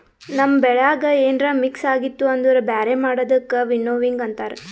ನಮ್ ಬೆಳ್ಯಾಗ ಏನ್ರ ಮಿಕ್ಸ್ ಆಗಿತ್ತು ಅಂದುರ್ ಬ್ಯಾರೆ ಮಾಡದಕ್ ವಿನ್ನೋವಿಂಗ್ ಅಂತಾರ್